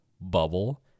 Bubble